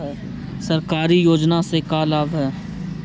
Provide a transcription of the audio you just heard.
सरकारी योजना से का लाभ है?